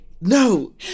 no